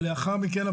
לאחר מכן,